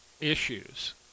issues